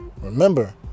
Remember